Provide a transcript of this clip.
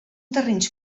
terrenys